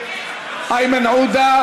איימן עודה,